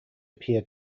appear